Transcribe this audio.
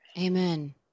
Amen